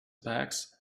bags